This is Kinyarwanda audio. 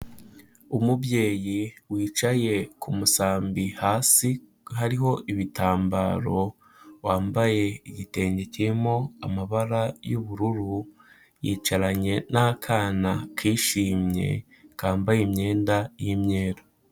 Umubyeyi wicaye ku musambi hasi hariho ibitambaro, wambaye igitenge kirimo amabara y'ubururu, yicaranye n'akana kishimye kambaye imyenda y'imyeru.